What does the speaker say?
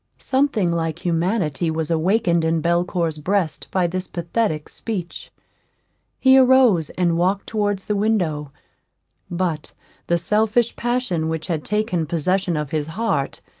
something like humanity was awakened in belcour's breast by this pathetic speech he arose and walked towards the window but the selfish passion which had taken possession of his heart,